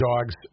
dogs